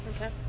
Okay